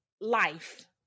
life